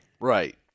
Right